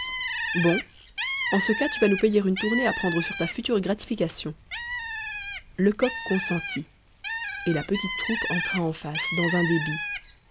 bon en ce cas tu vas nous payer une tournée à prendre sur ta future gratification lecoq consentit et la petite troupe entra en face dans un débit